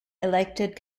elected